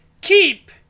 keep